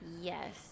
Yes